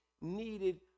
needed